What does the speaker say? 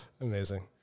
Amazing